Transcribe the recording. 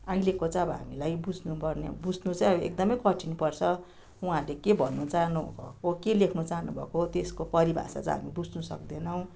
अहिलेको चाहिँ अब हामीलाई बुझ्नुपर्ने बुझ्नु चाहिँ अब एकदमै कठिन पर्छ उहाँहरूले के भन्नु चाहनुभएको के लेख्न चाहनुभएको त्यसको परिभाषा चाहिँ हामी बुझ्नु सक्दैनौँ